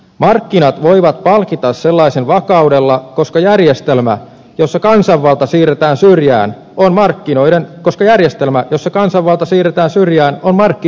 markkinat voivat palkita sellaisen vakaudella koska järjestelmä jossa kansanvalta siirretään syrjään on markkinoiden koska järjestelmä jossa kansanvalta siirretään syrjään on mieleen